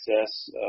access